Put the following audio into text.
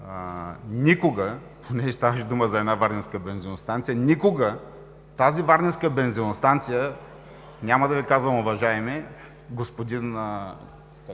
Никога, понеже ставаше дума за една Варненска бензиностанция, никога тази Варненска бензиностанция, няма да Ви казвам „уважаеми“, господин